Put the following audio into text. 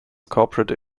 corporate